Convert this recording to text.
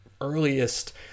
earliest